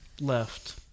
left